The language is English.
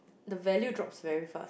the value drops very fast